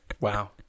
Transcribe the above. Wow